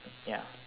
ya